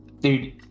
dude